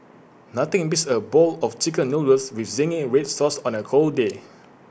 nothing beats A bowl of Chicken Noodles with Zingy Red Sauce on A cold day